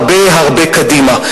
הרבה-הרבה קדימה.